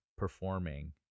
performing